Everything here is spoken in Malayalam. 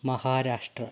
മഹാരാഷ്ട്ര